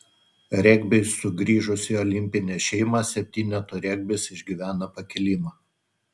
regbiui sugrįžus į olimpinę šeimą septynetų regbis išgyvena pakilimą